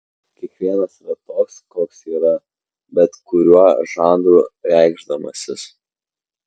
kiekvienas yra toks koks yra bet kuriuo žanru reikšdamasis